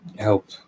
help